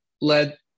led